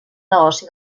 negoci